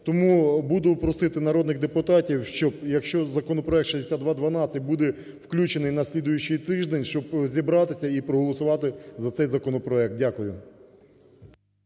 Тому буду просити народних депутатів, щоб, якщо законопроект 6212 буде включений на слідуючий тиждень, щоб зібратися і проголосувати за цей законопроект. Дякую.